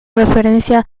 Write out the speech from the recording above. referencia